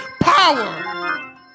power